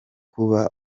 kuba